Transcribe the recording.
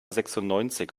sechsundneunzig